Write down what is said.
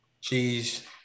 Cheese